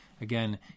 again